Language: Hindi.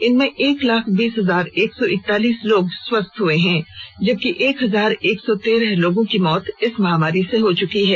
इनमें एक लाख बीस हजार एक सौ इकतालीस लोग स्वस्थ हो चुके हैं जबकि एक हजार एक सौ तेरह लोगों की मौत इस महामारी से हो चुकी है